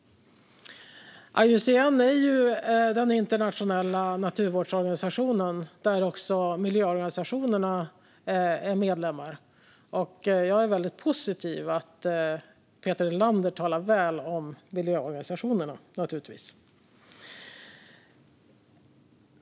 IUCN är den internationella naturvårdsorganisationen, och där är också miljöorganisationerna medlemmar. Jag är väldigt positiv till att Peter Helander talar väl om miljöorganisationerna.